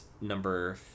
number